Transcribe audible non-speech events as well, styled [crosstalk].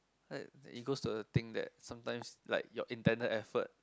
[noise] it goes to a thing that sometimes like your intended effort